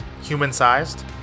Human-sized